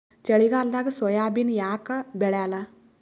ಚಳಿಗಾಲದಾಗ ಸೋಯಾಬಿನ ಯಾಕ ಬೆಳ್ಯಾಲ?